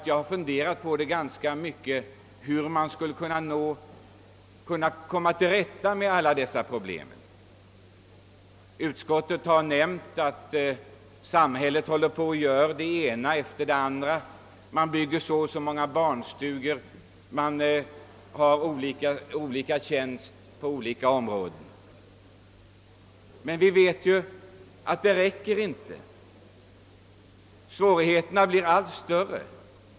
Jag har funderat ganska mycket på hur man skall komma till rätta med alla dessa problem. I utskottsutlåtandet nämns att samhället vidtar den ena åtgärden efter den andra: så och så många barnstugor har byggts, tjänster har inrättats på olika områden etc. Men vi vet ju att detta inte räcker; svårigheterna blir allt större.